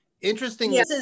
interesting